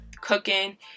cooking